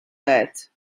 that